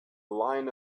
line